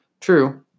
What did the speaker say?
True